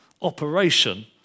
operation